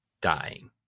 dying